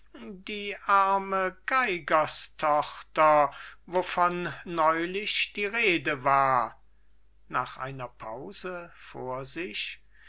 mich die arme geigerstochter wovon neulich die rede war nach einer pause